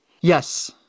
Yes